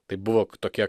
tai buvo tokie